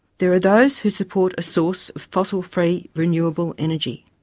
there are those who support a source of fossil-free renewable energy.